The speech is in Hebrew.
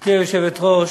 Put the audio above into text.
גברתי היושבת-ראש,